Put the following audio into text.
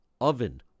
oven